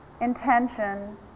intention